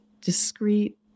discrete